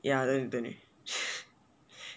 ya then don't need